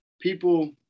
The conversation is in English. people